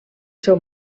seu